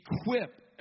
equip